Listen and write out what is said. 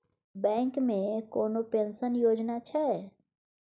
Bank मे कोनो pension योजना छै?